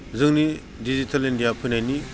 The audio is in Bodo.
जोंनि डिजिटेल इण्डिया फैनायनि